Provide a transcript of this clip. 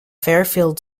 fairfield